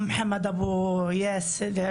גם